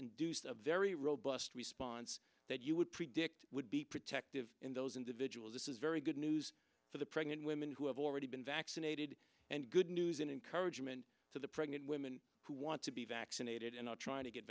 induced a very robust response that you would predict would be protective in those individuals this is very good news for the pregnant women who have already been vaccinated and good news and encouragement to the pregnant women who want to be vaccinated and are trying to get